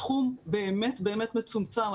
סכום באמת באמת מצומצם.